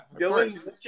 Dylan